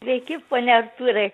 sveiki pone artūrai